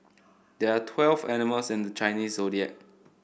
there are twelve animals in the Chinese Zodiac